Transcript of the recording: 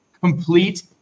complete